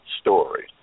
Story